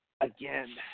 Again